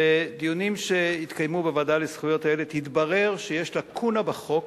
בדיונים שהתקיימו בוועדה לזכויות הילד התברר שיש לקונה בחוק,